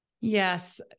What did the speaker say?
Yes